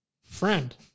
friend